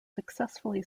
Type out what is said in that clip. successfully